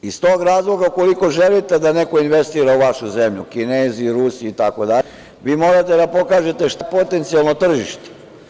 Iz tog razloga, ukoliko želite da neko investira u vašu zemlju, Kinezi, Rusi, itd, vi morate da pokažete šta je potencijalno tržište.